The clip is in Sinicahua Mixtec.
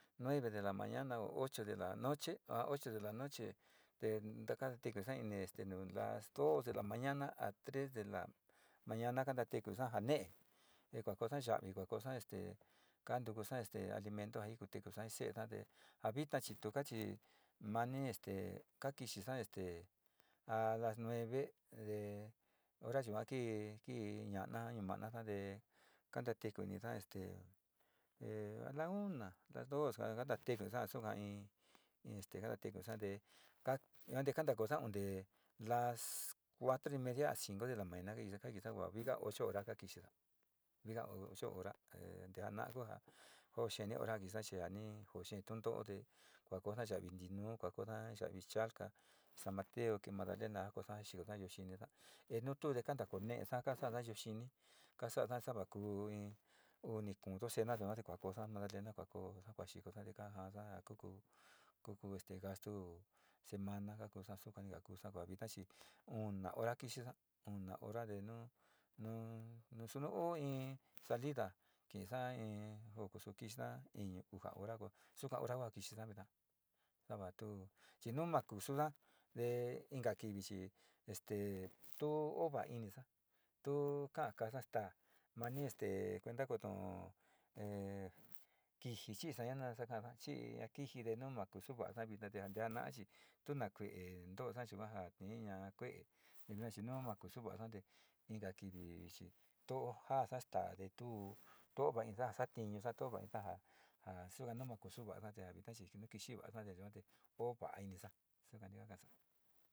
Nueve de la mañana, ocho de la noche, a ocho de la noche te na tee kadasa ntenu las dos de la mañana a tres de la mañana kana tekusa ja mee te kuakosa ya'avi, kuakosa este koantusa alimento ja kuutesa ji se'esa te ja vita tuka chi mani este ka kixisa te a las nueve de, hoja yua kii ña'ana numa'ana te ka ntatekusa te a la una a la dos, a kantate kusa suka in este kantate kusa te ka kantokooso on te las cuatro y media a cinco de la mañana kanta kosa viiga ocho hora ka kixisa, viiga ocho hora ka kikiso te ano' ku jo jo xee wi hora ni kixisa te ana'a kuja jo xee ni hora ni kixisa chi so xee tinto'o te kuankoyona yaa'vi tinuu, kuankoyana ya vi chalca san ayateo te magdalena kuankoyona xikosa ñuu xinisa e nu tuu kantekoo neesa kasa'a ñuu xini kasa'asa nava kuu